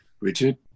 Richard